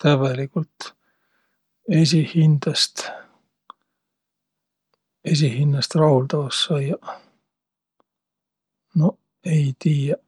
Tävveligult esiqhindäst, esiqhinnäst rahuldavas saiaq? Noq ei tiiäq.